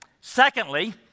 Secondly